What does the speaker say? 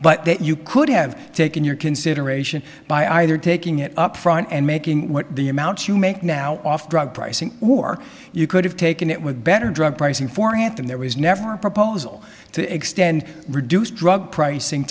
that you could have taken your consideration by either taking it upfront and making what the amount you make now off drug pricing or you could have taken it with better drug pricing for anthem there was never a proposal to extend reduce drug pricing